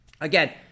Again